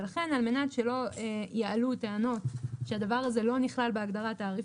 ולכן על מנת שלא יעלו טענות שהדבר הזה לא נכלל בהגדרת תעריפים,